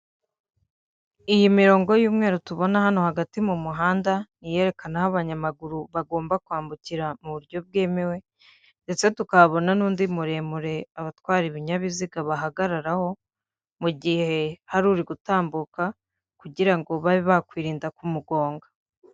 Iyi mirongo y'umweru tubona hano hagati mu muhanda, ni iyerekana aho abanyamaguru bagomba kwambukira mu buryo bwemewe ndetse tukabona n'undi muremure abatwara ibinyabiziga bahagararaho, mu gihe hari gutambuka kugira ngo babe bakwirinda kumugonga.